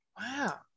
wow